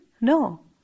No